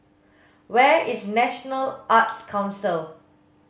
where is National Arts Council